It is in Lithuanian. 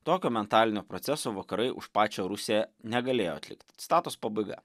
tokio mentalinio proceso vakarai už pačią rusiją negalėjo atlikti citatos pabaiga